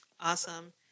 Awesome